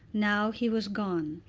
now he was gone,